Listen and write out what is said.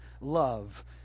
love